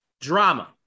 drama